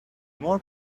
more